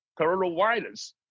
coronavirus